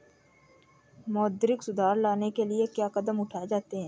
मौद्रिक सुधार लाने के लिए क्या कदम उठाए जाते हैं